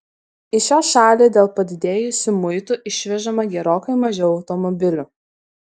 į šią šalį dėl padidėjusių muitų išvežama gerokai mažiau automobilių